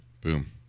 Boom